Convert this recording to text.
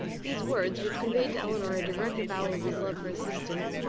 these words, which conveyed to elinor a direct avowal of his love for her sister,